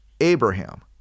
Abraham